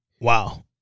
Wow